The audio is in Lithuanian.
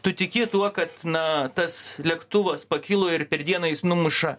tu tiki tuo kad na tas lėktuvas pakilo ir per dieną jis numuša